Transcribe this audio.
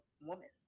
woman